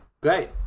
great